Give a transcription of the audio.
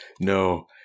No